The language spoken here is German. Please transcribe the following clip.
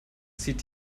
zieht